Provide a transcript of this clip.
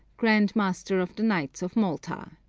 grand-master of the knights of malta.